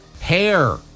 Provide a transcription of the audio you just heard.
Hair